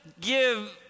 give